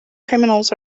criminals